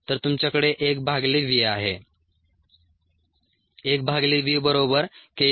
तर तुमच्याकडे 1 भागिले v आहे